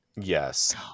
Yes